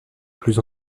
plus